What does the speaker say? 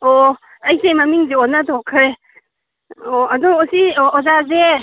ꯑꯣ ꯑꯩꯁꯦ ꯃꯃꯤꯡꯁꯦ ꯑꯣꯟꯅ ꯊꯣꯛꯈ꯭ꯔꯦ ꯑꯣ ꯑꯗꯣ ꯑꯁꯤ ꯑꯣ ꯑꯣꯖꯥꯁꯦ